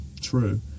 true